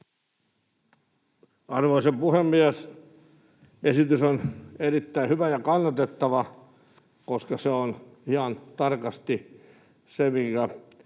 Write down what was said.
Arvoisa puhemies! Esitys on erittäin hyvä ja kannatettava, koska se on ihan tarkasti se,